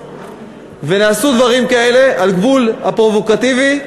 ונעשו דברים כאלה על גבול הפרובוקטיבי,